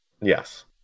Yes